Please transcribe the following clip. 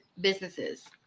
businesses